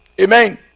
amen